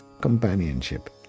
companionship